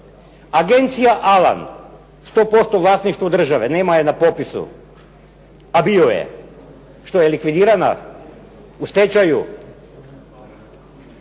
"Agencija Alan", 100% vlasništvo države, nema je na popisu, a bio je. Što je likvidirana? U stečaju?